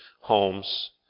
homes